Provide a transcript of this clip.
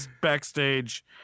Backstage